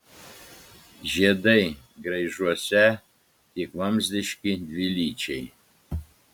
žiedai graižuose tik vamzdiški dvilyčiai